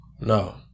No